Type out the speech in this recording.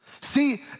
See